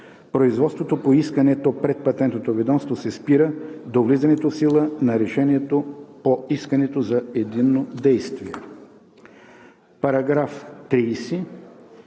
производството по искането пред Патентното ведомство се спира до влизането в сила на решението по искането за единно действие.“